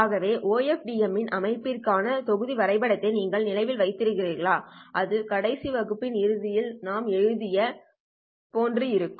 ஆகவே OFDM ன் அமைப்பிற்கான தொகுதி வரைபடத்தை நீங்கள் நினைவில் வைத்திருக்கிறீர்களா அது கடைசி வகுப்பின் இறுதியில் நாம் எழுதியது போன்று இருக்கும்